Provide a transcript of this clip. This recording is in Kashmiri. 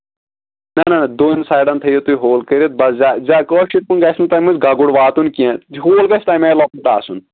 نہ نہ دۄن سایڈَن تھٲیِو تُہۍ ہول کٔرِتھ بَس زیٛا زیٛادٕ کٲشِر پٲٹھۍ گژھِ نہٕ تَمہِ منٛز گگُر واتُن کیٚنہہ ہول گژھِ تَمہِ آیہِ لۄکُٹ آسُن